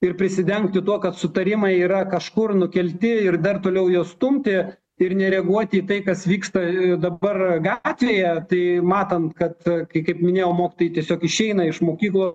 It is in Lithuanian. ir prisidengti tuo kad sutarimai yra kažkur nukelti ir dar toliau juos stumti ir nereaguoti į tai kas vyksta dabar gatvėje tai matant kad kai kaip minėjau mokytojai tiesiog išeina iš mokyklų